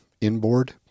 inboard